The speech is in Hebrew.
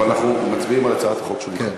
אבל אנחנו מצביעים על הצעת החוק שלך.